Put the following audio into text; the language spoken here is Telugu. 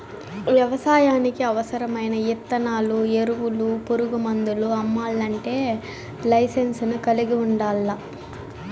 వ్యవసాయానికి అవసరమైన ఇత్తనాలు, ఎరువులు, పురుగు మందులు అమ్మల్లంటే లైసెన్సును కలిగి ఉండల్లా